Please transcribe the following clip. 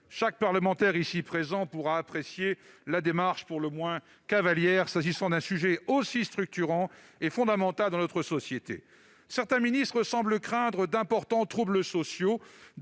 Chaque parlementaire ici présent pourra apprécier la démarche pour le moins cavalière s'agissant d'un sujet aussi structurant et fondamental dans notre société. Certains ministres semblent craindre d'importants troubles sociaux,